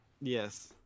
Yes